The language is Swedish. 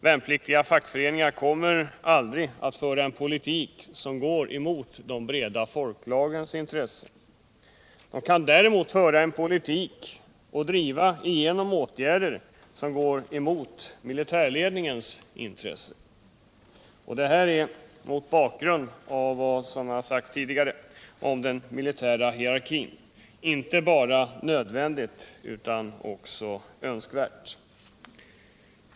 Värnpliktiga fackföreningar kommer aldrig att föra en politik som går emot de breda folklagrens intresse. De kan däremot föra en politik och driva igenom åtgärder som går emot militärledningens intresse. Detta är, mot bakgrund av vad som sagts tidigare om den militära hierarkin, inte bara nödvändigt utan också önskvärt.